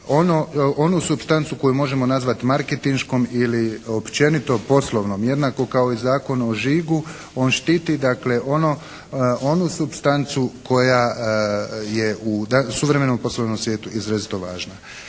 onu supstancu koju možemo nazvati marketinškom ili općenito poslovnom jednako kao i Zakonom o žigu. On štiti dakle onu supstancu koja je u suvremenom poslovnom svijetu izrazito važna.